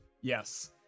Yes